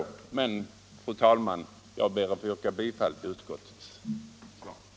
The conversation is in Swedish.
Jag ber dock, fru talman, att få yrka bifall till utskottets förslag.